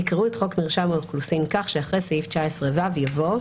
יקראו את חוק מרשם האוכלוסין כך שאחרי סעיף 19ו יבוא: